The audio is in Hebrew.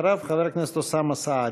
אחריו, חבר הכנסת אוסאמה סעדי.